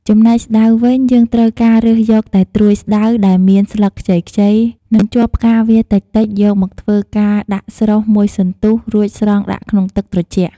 ចំណែកស្តៅវិញយើងត្រូវការរើសយកតែត្រួយស្តៅដែលមានស្លឹកខ្ចីៗនិងជាប់ផ្កាវាតិចៗយកមកធ្វើការដាក់ស្រុះមួយសន្ទុះរួចស្រង់ដាក់ក្នុងទឹកត្រជាក់។